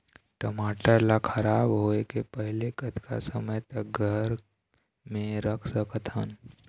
टमाटर ला खराब होय के पहले कतका समय तक घर मे रख सकत हन?